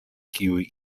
kiuj